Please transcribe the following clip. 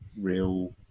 real